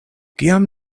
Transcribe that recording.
kiam